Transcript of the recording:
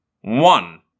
One